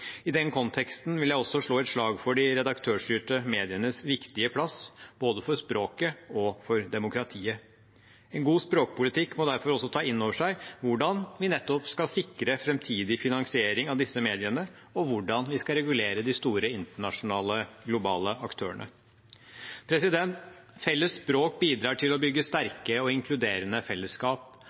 I den konteksten vil jeg også slå et slag for de redaktørstyrte medienes viktige plass, både for språket og for demokratiet. En god språkpolitikk må derfor også ta innover seg hvordan vi nettopp skal sikre framtidig finansiering av disse mediene, og hvordan vi skal regulere de store internasjonale, globale aktørene. Felles språk bidrar til å bygge sterke og inkluderende fellesskap.